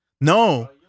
no